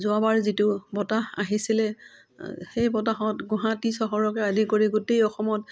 যোৱাবাৰ যিটো বতাহ আহিছিলে সেই বতাহত গুৱাহাটী চহৰকে আদি কৰি গোটেই অসমত